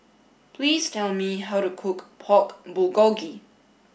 please tell me how to cook Pork Bulgogi